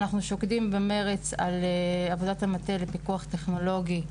אנחנו שוקדים במרץ על עבודת המטה לפיקוח טכנולוגי,